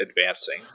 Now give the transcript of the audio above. advancing